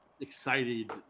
excited